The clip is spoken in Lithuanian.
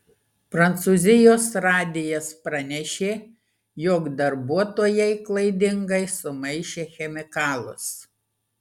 prancūzijos radijas pranešė jog darbuotojai klaidingai sumaišė chemikalus